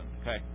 okay